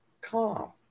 calm